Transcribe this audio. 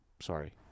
sorry